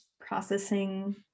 processing